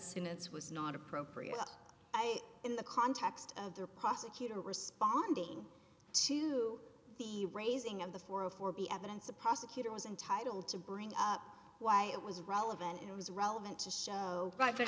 soon it's was not appropriate i in the context of the prosecutor responding to the raising of the four zero four be evidence a prosecutor was entitled to bring up why it was relevant and it was relevant to show